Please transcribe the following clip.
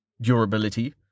Durability